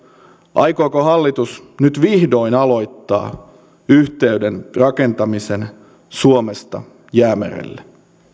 aikooko hallitus nyt vihdoin aloittaa yhteyden rakentamisen suomesta jäämerelle